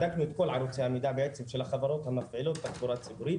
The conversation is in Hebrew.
בדקנו את כל ערוצי המידע בעצם של החברות המפעילות את התחבורה הציבורית